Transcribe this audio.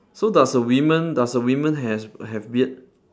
so does a woman does a woman have have beard